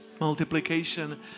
Multiplication